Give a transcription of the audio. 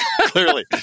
Clearly